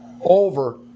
over